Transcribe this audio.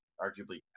arguably